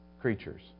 creatures